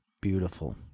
beautiful